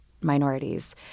minorities